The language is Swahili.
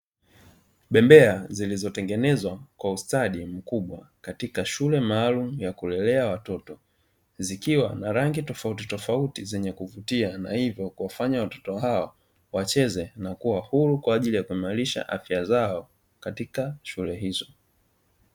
Bembea zilizotengenezwa kwa ustadi mkubwa katika shule maalumu ya kulelea watoto, zikiwa na rangi tofauti tofauti zenye kuvutia, na hivyo kuwafanya watoto hawa wacheze na kuwa huru, kwa ajili ya kuimarisha afya zao katika shule hizo.